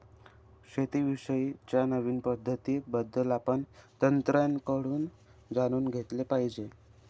शेती विषयी च्या नवीन पद्धतीं बद्दल आपण तज्ञांकडून जाणून घेतले पाहिजे